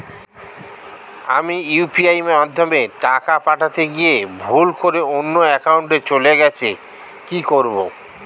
আমি ইউ.পি.আই মাধ্যমে টাকা পাঠাতে গিয়ে ভুল করে অন্য একাউন্টে চলে গেছে কি করব?